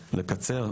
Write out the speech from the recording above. לקצר.